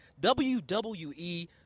WWE